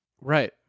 right